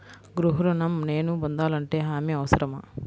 గృహ ఋణం నేను పొందాలంటే హామీ అవసరమా?